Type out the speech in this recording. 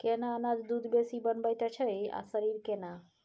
केना अनाज दूध बेसी बनबैत अछि आ शरीर केना?